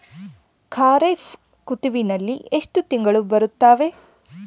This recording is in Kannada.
ಖಾರೇಫ್ ಋತುವಿನಲ್ಲಿ ಎಷ್ಟು ತಿಂಗಳು ಬರುತ್ತವೆ?